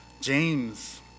James